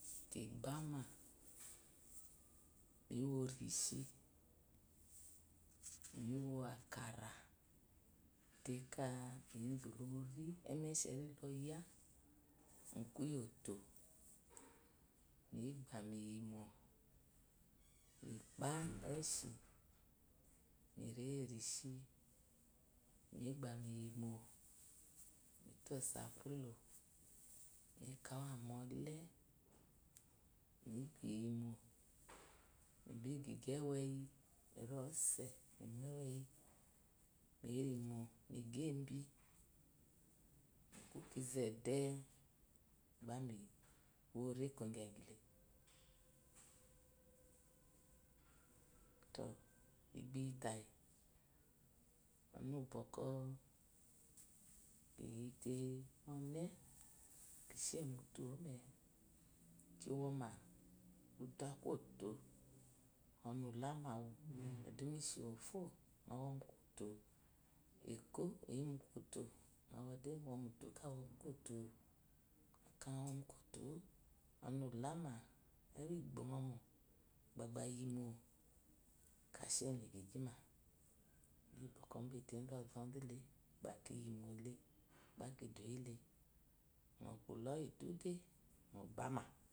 Ki námá miwó reshi miwó ákárá te ká equ lori emesheri loya mukúyótó miba miyi mó mípa eshi mi reye mu ushi mi ba miyi mó mitó osápúlí mi rewu mu ole mibi gyiqyi awoyi mire mú ɔse mimu ewoyi mi yimo mi gyi ebi mi kukizdé ba miweo reko gye gyi le noie to iqhi iyiotayi ɔnu miki wóma útú akú kuyoto ɔnu ulamawu eduma ishiwofó nɔwo múkúyoto ekó oyi mu kúyótó nɔwode ka womu kwoto ɔnu ulamawu ewu igbnɔiigyima iyi bɔkɔ umba etezu ozuzu le da kiyi yimo le bá duyilé ŋɔku ulɔyi dube bámá